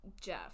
Jeff